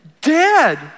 dead